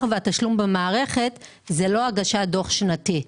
והתשלום במערכת זה לא הגשת דו"ח שנתי.